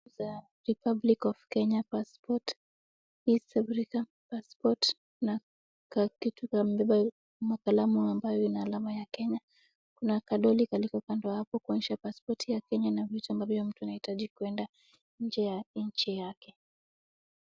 Za Republic of Kenya {cs} passport {cs}, East Africa {cs} passport {cs} na kakitu kamebeba makalamu ambayo ina alama ya Kenya, kuna {cs}kadolly{cs} kalipo kando hapo kuonyesha {cs} passport {cs} ya Kenya inavyoita ambavyo mtu anahitaji kwenda nje ya nji yake.